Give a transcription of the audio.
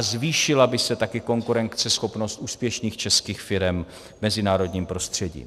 Zvýšila by se také konkurenceschopnost úspěšných českých firem v mezinárodním prostředí.